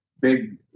big